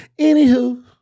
Anywho